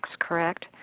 correct